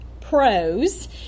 pros